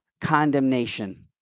condemnation